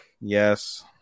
Yes